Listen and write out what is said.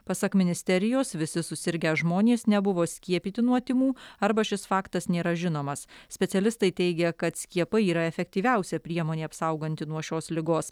pasak ministerijos visi susirgę žmonės nebuvo skiepyti nuo tymų arba šis faktas nėra žinomas specialistai teigia kad skiepai yra efektyviausia priemonė apsauganti nuo šios ligos